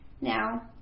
Now